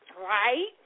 Right